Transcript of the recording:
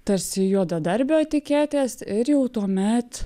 tarsi juodadarbio etiketės ir jau tuomet